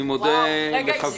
אני מודה לחבריי.